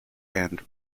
and